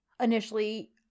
initially